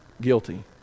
Guilty